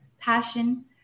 passion